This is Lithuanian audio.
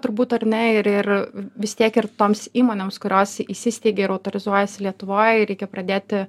turbūt ar ne ir ir vis tiek ir toms įmonėms kurios įsisteigė ir autorizuojasi lietuvoj reikia pradėti